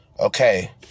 Okay